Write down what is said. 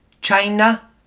China